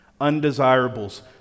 Undesirables